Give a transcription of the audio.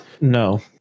No